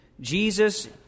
Jesus